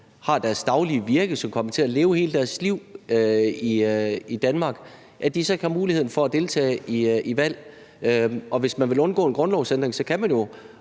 har deres daglige virke her, og som kommer til at leve hele deres liv i Danmark – at de så ikke har muligheden for at deltage i et valg. Hvis man vil undgå en grundlovsændring, kan man jo